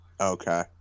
okay